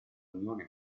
unione